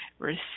receive